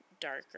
darker